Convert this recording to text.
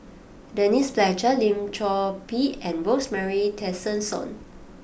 Denise Fletcher Lim Chor Pee and Rosemary Tessensohn